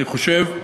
אני חושב.